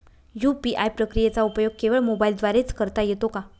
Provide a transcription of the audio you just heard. UPI प्रक्रियेचा उपयोग केवळ मोबाईलद्वारे च करता येतो का?